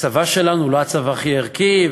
הצבא שלנו הוא לא הצבא הכי ערכי,